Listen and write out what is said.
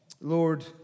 Lord